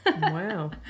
Wow